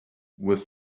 with